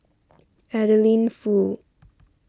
Adeline Foo